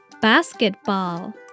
Basketball